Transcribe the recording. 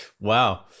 Wow